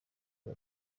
rwa